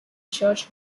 church